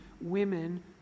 women